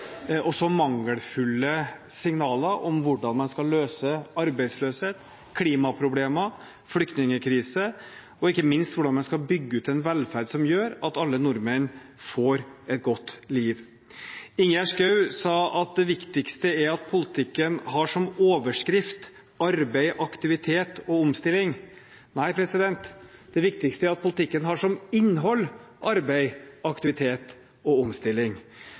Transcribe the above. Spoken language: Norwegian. og så mangelfulle signaler om hvordan man skal løse arbeidsløshet, klimaproblemer, flyktningkrise – og ikke minst hvordan man skal bygge ut en velferd som gjør at alle nordmenn får et godt liv. Ingjerd Schou sa at det viktigste er at politikken har som overskrift arbeid, aktivitet og omstilling. Nei, det viktigste er at politikken har som innhold arbeid, aktivitet og omstilling.